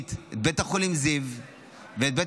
מקצועית את בית החולים זיו ואת בית